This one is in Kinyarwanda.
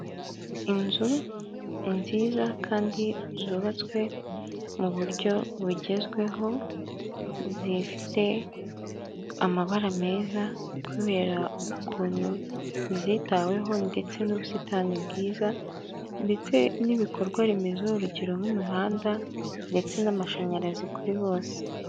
Inzu nziza kandi zubatswe mu buryo bugezweho zifite amabara meza kubera ukuntu zitaweho ndetse n'ubusitani bwiza ndetse n'ibikorwa remezo urugero nk'imihanda ndetse n'amashanyarazi kuri bose.